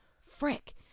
frick